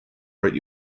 write